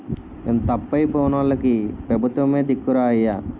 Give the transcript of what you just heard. ఇంత అప్పయి పోనోల్లకి పెబుత్వమే దిక్కురా అయ్యా